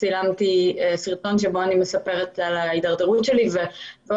צילמתי סרטון שבו אני מספרת על ההידרדרות שלי ושל